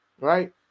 right